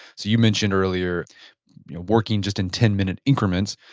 so you mentioned earlier working just in ten minute increments.